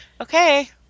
Okay